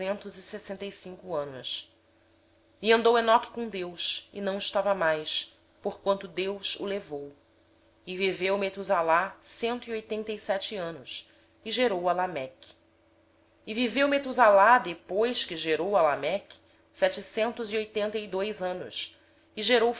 e sessenta e cinco anos enoque andou com deus e não apareceu mais porquanto deus o tomou matusalém viveu cento e oitenta e sete anos e gerou a lameque viveu matusalém depois que gerou a lameque setecentos e oitenta e dois anos e